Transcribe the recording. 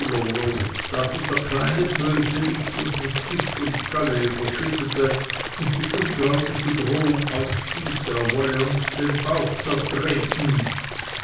dieser kleine bösewicht uns mit gift und galle überschüttete und die unglaubliche drohung ausstieß er wolle uns den bauch zertreten